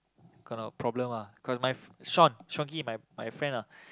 gonna problem ah cause my fr~ Shawn Shawn he my my friend ah